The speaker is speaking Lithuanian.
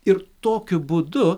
ir tokiu būdu